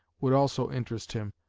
would also interest him,